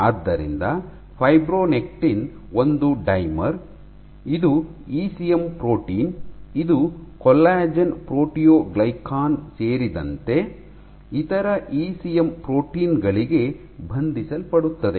ಆದ್ದರಿಂದ ಫೈಬ್ರೊನೆಕ್ಟಿನ್ ಒಂದು ಡೈಮರ್ ಇದು ಇಸಿಎಂ ಪ್ರೋಟೀನ್ ಇದು ಕೊಲ್ಲಾಜೆನ್ ಪ್ರೋಟಿಯೊಗ್ಲೈಕಾನ್ ಗಳು ಸೇರಿದಂತೆ ಇತರ ಇಸಿಎಂ ಪ್ರೋಟೀನ್ ಗಳಿಗೆ ಬಂಧಿಸಲ್ಪಡುತ್ತದೆ